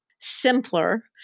Simpler